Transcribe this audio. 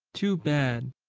too bad,